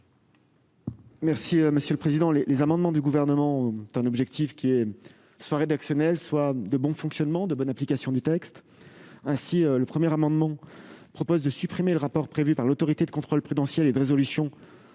Merci monsieur le président, les les amendements du gouvernement d'un objectif qui est soit rédactionnel soit de bon fonctionnement de bonne application du texte, ainsi le 1er amendement propose de supprimer le rapport prévu par l'Autorité de contrôle prudentiel et de résolution pour éviter